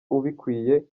ubikwiye